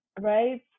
Right